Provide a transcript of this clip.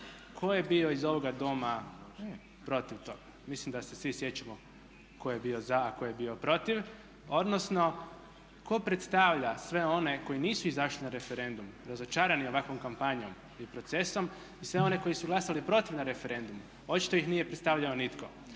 tko je bio iz ovoga Doma protiv toga. Mislim da se svi sjećamo tko je bio za a tko je bio protiv, odnosno tko predstavlja sve one koji nisu izašli na referendum razočarani ovakvom kampanjom i procesom i sve one koji su glasali protiv na referendumu očito ih nije predstavljao nitko.